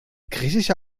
griechische